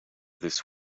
this